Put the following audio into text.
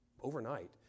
overnight